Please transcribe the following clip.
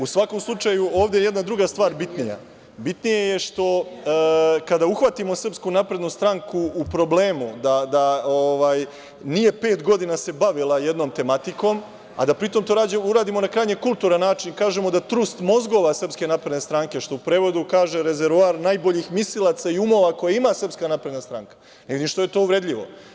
U svakom slučaju, ovde je jedna druga stvar bitnija, bitnije je što, kada uhvatimo SNS u problemu, da nije pet godina se bavila jednom tematikom, a da pritom to rađe uradimo na krajnje kulturan način, kažemo da trust mozgova SNS, što u prevodu kaže - rezervoar najboljih mislilaca i umova koje ima SNS, ne vidim šta je tu uvredljivo.